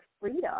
freedom